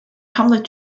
hamlet